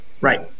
Right